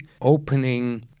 opening